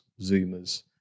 Zoomers